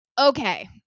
Okay